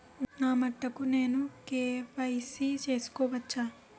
నా మటుకు నేనే కే.వై.సీ చేసుకోవచ్చా?